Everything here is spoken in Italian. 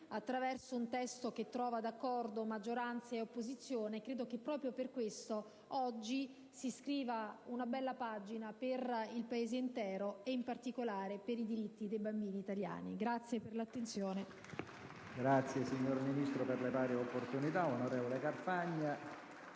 attraverso un testo che trova d'accordo maggioranza e opposizione. Per questo credo che oggi si scriva una bella pagina per il Paese intero, e in particolare per i diritti dei bambini italiani.